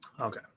Okay